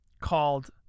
called